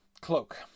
cloak